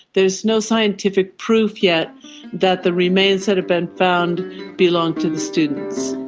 there is no scientific proof yet that the remains that have been found belong to the students.